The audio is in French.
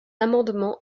amendements